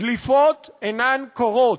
דליפות אינן קורות,